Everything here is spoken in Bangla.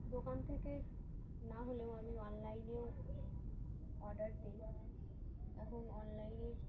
দোকান থেকে না হলেও আমি অনলাইনেও অর্ডার দিই এখন অনলাইনের